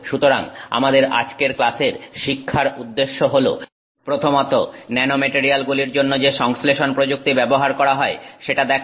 সুতরাং আমাদের আজকের ক্লাসের শিক্ষার উদ্দেশ্য হল প্রথমত ন্যানোমেটারিয়াল গুলির জন্য যে সংশ্লেষণ প্রযুক্তি ব্যবহার করা হয় সেটা দেখা